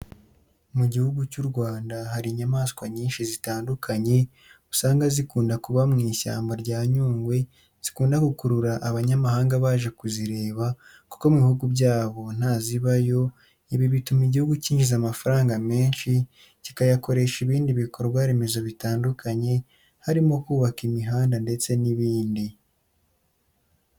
Mu Gihugu cy'u Rwanda hari inyamaswa nyinshi zitandukanye, usanga zikunda kuba mu ishyamba rya Nyungwe zikunda gukurura abanyamahanga baje kuzireba kuko mu bihugu byabo ntazibayo, ibi bituma igihugu cyinjiza amafaranga menshi kikayakoresha ibindi bikorwa remezo bitandukanye harimo kubaka imihanda ndetse n'ibindi.